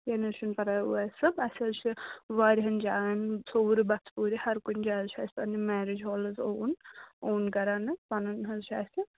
کیٚنٛہہ نہٕ حظ چھُنہٕ پرواے اُویس صٲب اَسہِ حظ چھِ واریاہَن جایَن صورٕ بَژھ پوٗرِ ہَر کُنہِ جایہِ چھُ اَسہِ پَنٕنۍ مٮ۪ریج ہال حظ اووٕن اون کران حظ پَنُن حظ چھُ اَسہِ